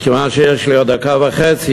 מכיוון שיש לי עוד דקה וחצי,